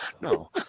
No